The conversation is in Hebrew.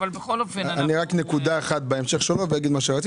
נקודה אחת בהמשך לדבריו.